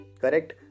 correct